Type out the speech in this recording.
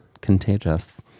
contagious